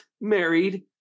married